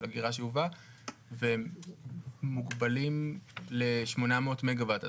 אגירה שאובה והם מוגבלים ל-800 מגה וואט,